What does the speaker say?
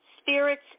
spirits